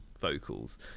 vocals